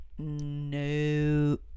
No